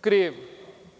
kriv